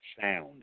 sound